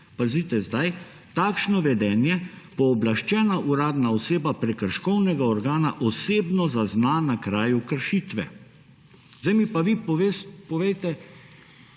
pazite zdaj – takšno vedenje pooblaščena uradna oseba prekrškovnega organa osebno zazna na kraju kršitve. Zdaj mi pa vi povejte,